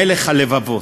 מלך הלבבות.